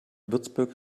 würzburg